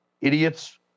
idiots